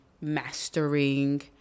mastering